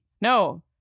No